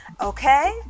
Okay